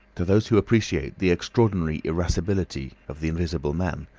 to those who appreciate the extraordinary irascibility of the invisible man,